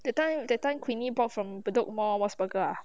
that time that time queenie bought from bedok mall mos burger ah